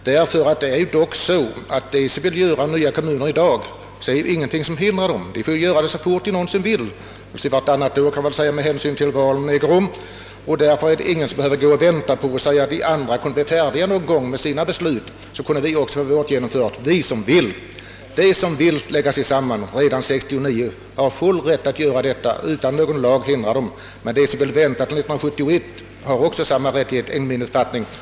De som vill bilda nya kommuner redan i dag möter inga hinder — de får göra det så fort de någonsin vill. De kan göra det vartannat år med hänsyn till valen. Därför behöver ingen gå och vänta och säga: Om de andra kunde bli färdiga någon gång med sina beslut, kunde vi också få våra genomförda, vi som vill. De som vill göra en sammanslagning redan 1969 har full rätt att göra det utan att någon lag hindrar dem. De som vill vänta till 1971 har också enligt min mening samma rättighet.